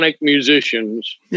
musicians